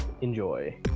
enjoy